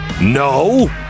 No